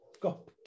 go